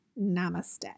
Namaste